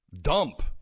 dump